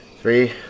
Three